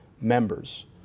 members